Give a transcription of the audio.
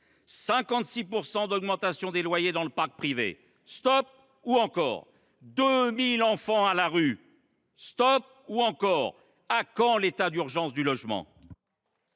56 % d’augmentation des loyers dans le parc privé, stop ou encore ? Quelque 2 000 enfants à la rue, stop ou encore ? À quand l’état d’urgence du logement ?